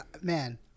Man